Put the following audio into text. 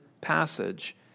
passage